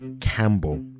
Campbell